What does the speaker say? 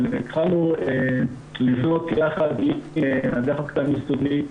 אבל התחלנו לבנות יחד עם האגף הקדם יסודי,